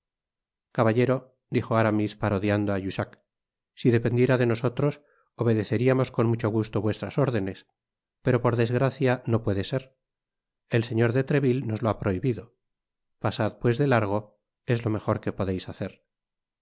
caballero dijo aramis parodiando á jussac si dependiera de nosotros obedeceríamos con mucho gusto vuestras órdenes pero por desgracia no puede ser el señor de treville nos lo ha prohibido pasad pues de largo es lo mejor que podeis hacer